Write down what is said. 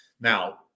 Now